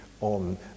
on